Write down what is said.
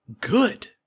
Good